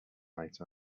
night